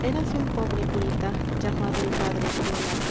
erase pobre curita c fa á llamado el padre julián